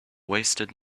wasted